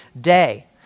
day